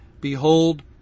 Behold